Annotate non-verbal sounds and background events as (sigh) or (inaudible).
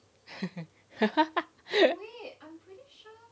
(laughs)